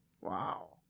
Wow